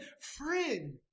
friend